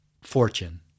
fortune